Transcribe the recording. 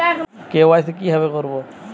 KYC কিভাবে করব?